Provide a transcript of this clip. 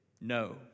No